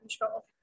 control